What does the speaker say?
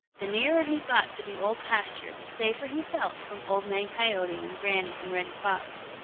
the nearer he got to the old pasture, the safer he felt from old man coyote and granny and reddy fox.